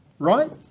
right